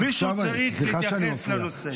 מישהו צריך להתייחס לנושא.